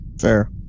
Fair